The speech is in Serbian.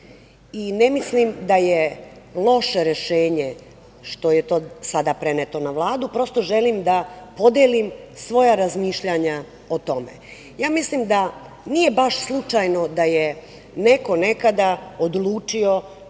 Ne mislim da je loše rešenje što je to sada preneto na Vladu, prosto želim da podelim svoja razmišljanja o tome. Ja mislim da nije baš slučajno da je neko nekada odlučio